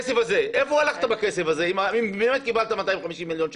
לאן הלכת עם הכסף הזה אם באמת קיבלת 250 מיליון שקל?